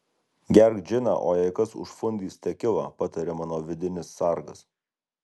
gerk džiną o jei kas užfundys tekilą pataria mano vidinis sargas